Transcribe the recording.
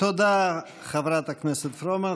תודה, חברת הכנסת פרומן.